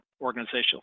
organizational